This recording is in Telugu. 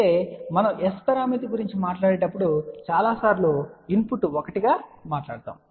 అయితే మనం S పరామితి గురించి మాట్లాడేటప్పుడు చాలా సార్లు ఇన్పుట్ 1 గా మాట్లాడుతాము